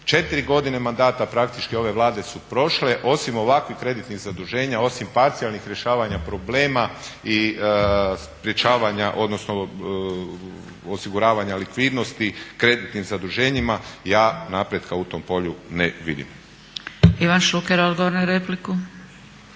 Četiri godine mandata praktički ove Vlade su prošla, osim ovakvih kreditnih zaduženja, osim parcijalnih rješavanja problema i sprečavanja odnosno osiguravanja likvidnosti kreditnim zaduženjima ja napretka u tom polju ne vidim. **Zgrebec, Dragica